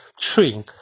train